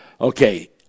okay